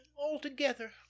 altogether